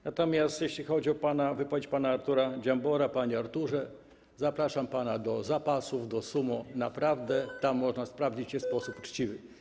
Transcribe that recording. Natomiast jeżeli chodzi o wypowiedź pana Artura Dziambora - panie Arturze, zapraszam pana do zapasów, do sumo, naprawdę tam można sprawdzić się w sposób uczciwy.